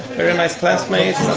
very nice classmates,